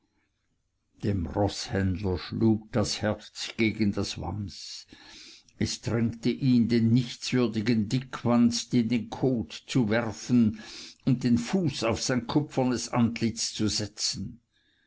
dem roßhändler schlug das herz gegen den wams es drängte ihn den nichtswürdigen dickwanst in den kot zu werfen und den fuß auf sein kupfernes antlitz zu setzen